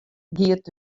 giet